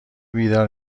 بیدار